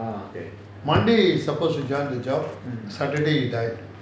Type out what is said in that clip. monday he suppose to join the job saturday he died